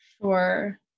sure